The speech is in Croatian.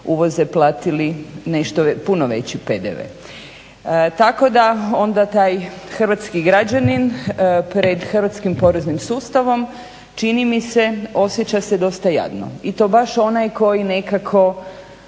uvoze platili nešto puno veći PDV, tako da onda taj hrvatski građanin pred hrvatskim poreznim sustavom čini mi se osjeća se dosta jadno, i to baš onaj koji nekako